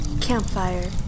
Campfire